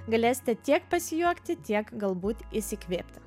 galėsite tiek pasijuokti tiek galbūt įsikvėpti